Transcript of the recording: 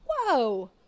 Whoa